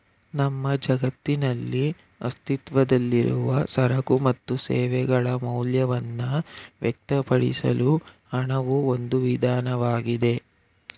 ನಮ್ಮ ಜಗತ್ತಿನಲ್ಲಿ ಅಸ್ತಿತ್ವದಲ್ಲಿರುವ ಸರಕು ಮತ್ತು ಸೇವೆಗಳ ಮೌಲ್ಯವನ್ನ ವ್ಯಕ್ತಪಡಿಸಲು ಹಣವು ಒಂದು ವಿಧಾನವಾಗಿದೆ